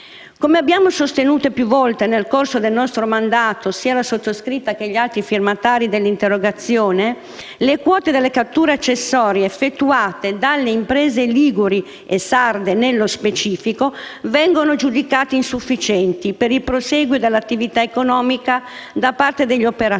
Come abbiamo sostenuto più volte nel corso del nostro mandato, sia la sottoscritta che gli altri firmatari della interrogazione, le quote delle catture accessorie effettuate dalle imprese liguri e sarde nello specifico, vengono giudicate insufficienti per il prosieguo dell'attività economica da parte degli operatori,